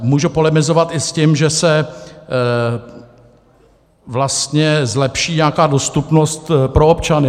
Můžu polemizovat i s tím, že se vlastně zlepší nějaká dostupnost pro občany.